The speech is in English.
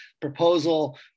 proposal